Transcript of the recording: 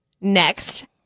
next